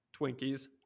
Twinkies